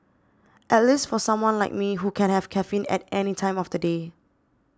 at least for someone like me who can have caffeine at any time of the day